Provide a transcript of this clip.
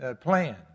plan